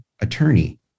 attorney